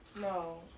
No